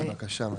בבקשה מטי.